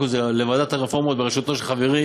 הזאת לוועדת הרפורמות בראשותו של חברי